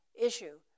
issue